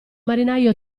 marinaio